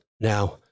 Now